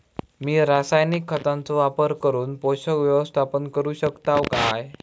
मी रासायनिक खतांचो वापर करून पोषक व्यवस्थापन करू शकताव काय?